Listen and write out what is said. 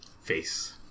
Face